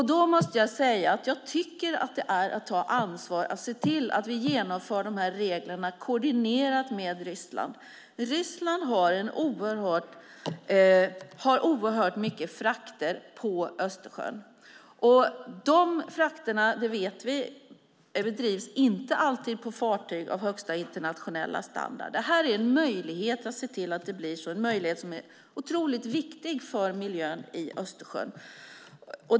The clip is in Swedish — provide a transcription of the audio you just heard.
Då tycker jag att det är att ta ansvar att se till att vi genomför de här reglerna koordinerat med Ryssland. Ryssland har oerhört mycket frakter på Östersjön, och vi vet att de frakterna inte alltid sker med fartyg av högsta internationella standard. Det här är en möjlighet att se till att det blir så, en möjlighet som är otroligt viktig för miljön i Östersjön.